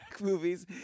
movies